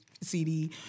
CD